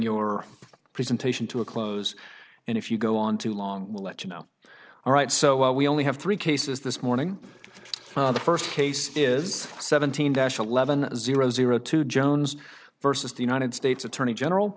your presentation to a close and if you go on too long we'll let you know all right so we only have three cases this morning the first case is seventeen dash eleven zero zero two jones versus the united states attorney general